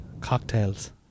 Cocktails